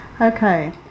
Okay